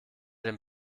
dem